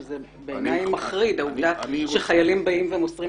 שזה בעיני מחריד שחיילים באים ומוסרים